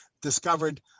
discovered